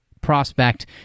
prospect